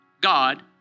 God